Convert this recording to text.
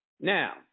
Now